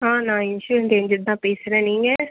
ஆ நான் insurance agent தான் பேசுகிறேன் நீங்கள்